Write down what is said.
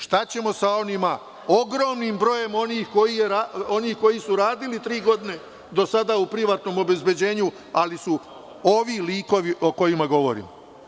Šta ćemo sa ogromnim brojem onih koji su radili tri godine do sada u privatnom obezbeđenju, ali su ovi likovi o kojima govorimo.